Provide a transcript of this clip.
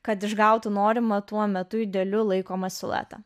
kad išgautų norimą tuo metu idealiu laikomą siluetą